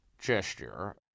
gesture